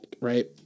right